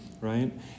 right